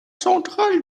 central